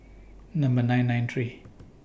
Number nine nine three